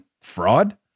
Fraud